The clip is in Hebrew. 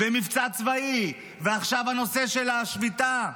ומבצע צבאי, ועכשיו הנושא של השביתה.